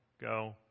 go